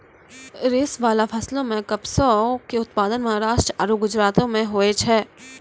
रेशाबाला फसलो मे कपासो के उत्पादन महाराष्ट्र आरु गुजरातो मे होय छै